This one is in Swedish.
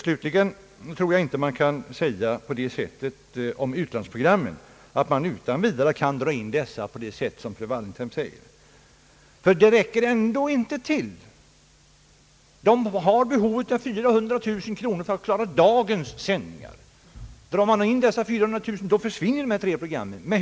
Slutligen tror jag inte att man utan vidare kan dra in utlandsprogrammen på det sätt som fru Wallentheim säger. Det räcker ändå inte till. Man har behov av 400000 kronor för att klara dagens sändningar. Drar vi in dessa 400 000 försvinner de tre programmen.